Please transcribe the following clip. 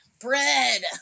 Bread